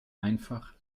einfach